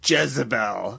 Jezebel